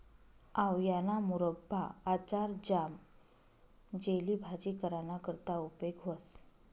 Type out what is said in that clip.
आवयाना मुरब्बा, आचार, ज्याम, जेली, भाजी कराना करता उपेग व्हस